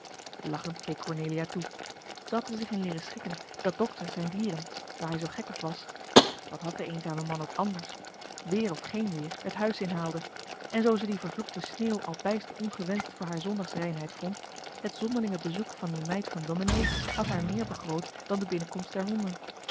lachend keek cornelia toe zij had er zich in leeren schikken dat dokter zijn dieren waar hij zoo gek op was wat had de eenzame man ook anders weer of geen weêr het huis in haalde en zoo ze die vervloekte sneeuw al bijster ongewenscht voor haar zondagsreinheid vond het zonderlinge bezoek van die meid van domenee had haar meer begroot dan de binnenkomst der honden